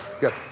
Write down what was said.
good